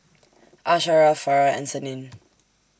Asharaff Farah and Senin